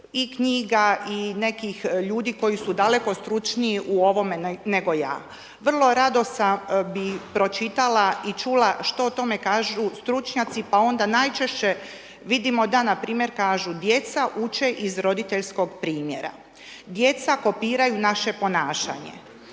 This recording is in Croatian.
i knjiga i nekih ljudi koji su daleko stručniji u ovome nego ja. Vrlo rado bi pročitala i čula što o tome kažu stručnjaci, pa onda najčešće vidimo da npr. kažu, djeca uče iz roditeljskog primjera. djeca kopiraju naše ponašanje,